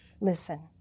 Listen